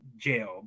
jail